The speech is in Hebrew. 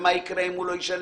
ומה יקרה אם הוא לא ישלם.